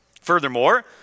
Furthermore